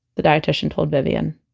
the dietician told vivian